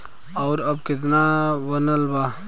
और अब कितना बनल बा?